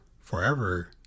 forever